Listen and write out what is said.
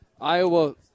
Iowa